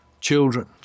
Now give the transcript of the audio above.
children